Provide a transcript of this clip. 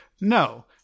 No